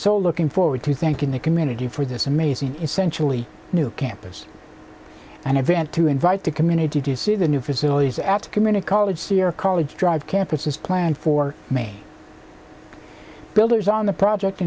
so looking forward to thanking the community for this amazing essentially new campus and event to invite the community to see the new facilities at community college sierra college drive campus is planned for maine builders on the project